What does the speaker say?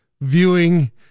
viewing